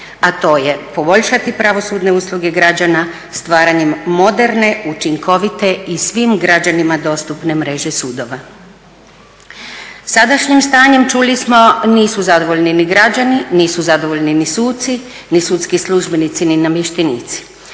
a to je poboljšati pravosudne usluge građana stvaranjem moderne, učinkovite i svim građanima dostupne mreže sudova. Sadašnjim stanjem čuli smo nisu zadovoljni ni građani, nisu zadovoljni ni suci, ni sudski službenici, ni namještenici.